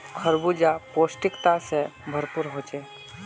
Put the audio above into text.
खरबूजा पौष्टिकता से भरपूर होछे